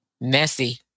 Messy